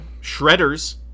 Shredders